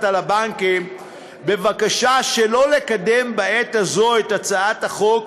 על הבנקים והתבקשתי שלא לקדם בעת הזאת את הצעת החוק,